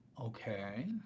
Okay